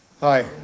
Hi